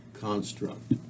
construct